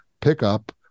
pickup